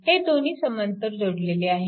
हे दोन्ही समांतर जोडलेले आहेत